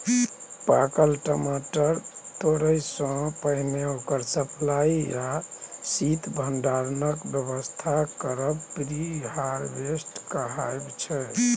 पाकल टमाटर तोरयसँ पहिने ओकर सप्लाई या शीत भंडारणक बेबस्था करब प्री हारवेस्ट कहाइ छै